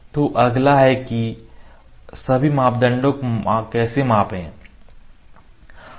तो अगला है कि सभी मापदंडों को कैसे मापें